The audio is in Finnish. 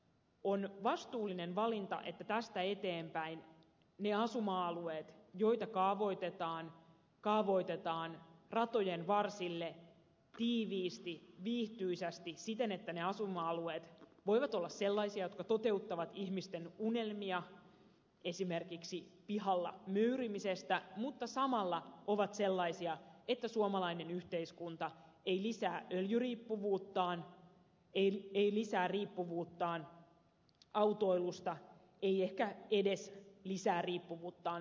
on vastuullinen valinta että tästä eteenpäin ne asuma alueet joita kaavoitetaan ratojen varsille tiiviisti rakennetaan viihtyisästi siten että ne asuma alueet voivat olla sellaisia jotka toteuttavat ihmisten unelmia esimerkiksi pihalla möyrimisestä mutta samalla ovat sellaisia että suomalainen yhteiskunta ei lisää öljyriippuvuuttaan ei lisää riippuvuuttaan autoilusta ei ehkä edes lisää riippuvuuttaan sähköautoilusta